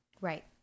right